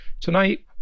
tonight